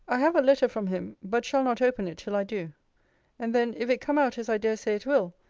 i have a letter from him but shall not open it till i do and then, if it come out as i dare say it will,